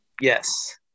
yes